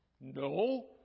No